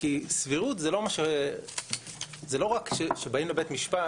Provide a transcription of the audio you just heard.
כי סבירות זה לא רק שבאים לבית משפט,